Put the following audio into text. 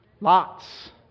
Lots